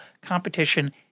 competition